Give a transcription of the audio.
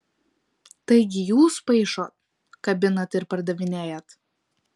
taigi jūs paišot kabinat ir pardavinėjat